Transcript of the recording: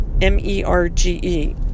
M-E-R-G-E